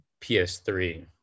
PS3